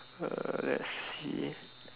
uh let's see